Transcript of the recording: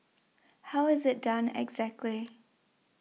how is it done exactly